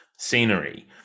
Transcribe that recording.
scenery